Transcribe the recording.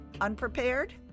unprepared